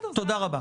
תודה רבה.